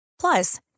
Plus